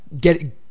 get